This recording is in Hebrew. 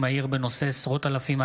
2024,